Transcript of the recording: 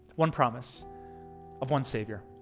one promise of one savior.